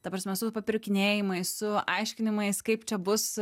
ta prasme su papirkinėjimais su aiškinimais kaip čia bus